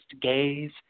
gaze